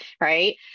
Right